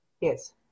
Yes